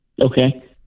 okay